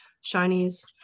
Shiny's